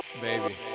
Baby